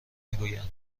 میگویند